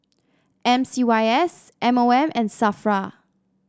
M C Y S M O M and Safra